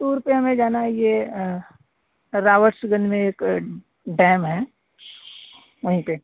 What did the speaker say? tour पर हमें जाना है ये रावशगंज में एक डैम है वहीं पर